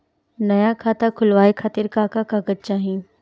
नया खाता खुलवाए खातिर का का कागज चाहीं?